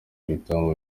ibitambo